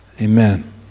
amen